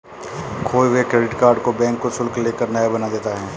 खोये हुए credit card को बैंक कुछ शुल्क ले कर नया बना देता है